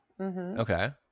Okay